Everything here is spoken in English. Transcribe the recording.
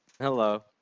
Hello